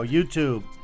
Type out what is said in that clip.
YouTube